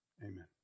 Amen